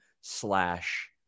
slash